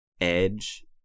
edge